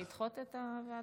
כדי לדחות את הוועדה.